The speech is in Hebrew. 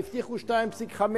והבטיחו 2.5,